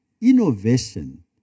innovation